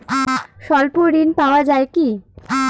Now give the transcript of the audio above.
স্বল্প ঋণ পাওয়া য়ায় কি?